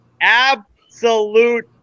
Absolute